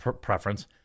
preference